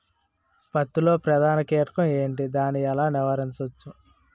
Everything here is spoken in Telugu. పత్తి లో ప్రధాన కీటకం ఎంటి? దాని ఎలా నీవారించచ్చు?